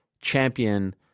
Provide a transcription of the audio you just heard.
champion